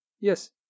Yes